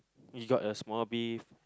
you got a small B